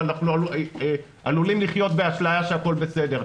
אבל אנחנו עלולים לחיות באשליה שהכול בסדר.